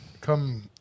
come